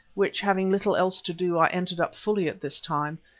which, having little else to do, i entered up fully at this time,